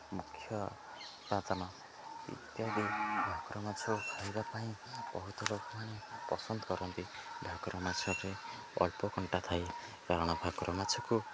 ମୁଖ୍ୟ ଉପାଦାନ ଇତ୍ୟାଦି ଭାକୁର ମାଛ ଖାଇବା ପାଇଁ ବହୁତ ଲୋକମାନେ ପସନ୍ଦ କରନ୍ତି ଭାକୁର ମାଛରେ ଅଳ୍ପ କଣ୍ଟା ଥାଏ କାରଣ ଭାକୁର ମାଛକୁ